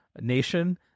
nation